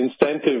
incentive